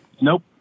Nope